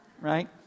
right